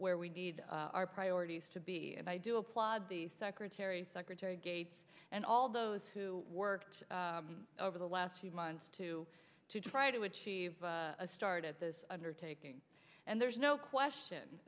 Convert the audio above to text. where we need our priorities to be and i do applaud the secretary secretary gates and all those who worked over the last few months to try to achieve a start at this undertaking and there's no question